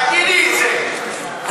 תגידי את זה,